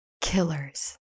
killers